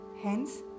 Hence